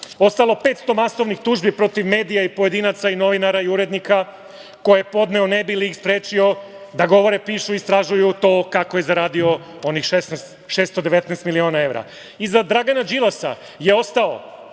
ostalo 500 masovnih tužbi protiv medija i pojedinaca i novinara i urednika, koje je podneo ne bi li ih sprečio da govore, pišu i istražuju to kako je zaradio onih 619 miliona evra. Iza Dragana Đilasa je ostao